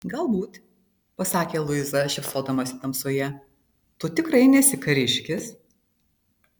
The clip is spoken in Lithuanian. galbūt pasakė luiza šypsodamasi tamsoje tu tikrai nesi kariškis